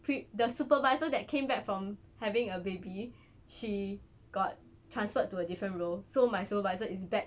pre~ the supervisor that came back from having a baby she got transferred to a different role so my supervisor is back